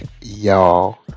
y'all